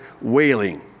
wailing